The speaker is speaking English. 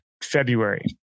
February